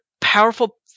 powerful